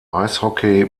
eishockey